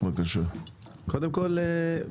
קודם כל,